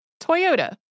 Toyota